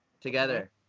together